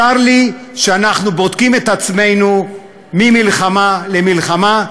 צר לי שאנחנו בודקים את עצמנו ממלחמה למלחמה,